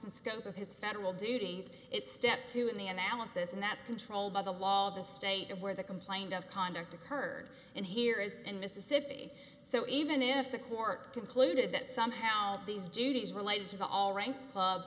and scope of his federal duties it's step two in the analysis and that's controlled by the law of the state of where the complaint of conduct occurred and here is in mississippi so even if the court concluded that somehow these duties related to the all rank